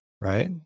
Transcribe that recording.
Right